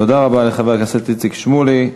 תודה רבה לחבר הכנסת איציק שמולי.